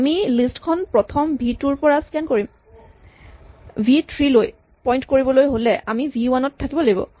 আমি লিষ্ট খন প্ৰথম ভি টোৰ পৰা স্কেন কৰিম ভি থ্ৰী লৈ পইন্ট কৰিবলৈ হ'লে আমি ভি ৱান ত থাকিব লাগিব